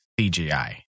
CGI